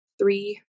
Three